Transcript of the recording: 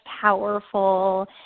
powerful